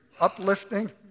uplifting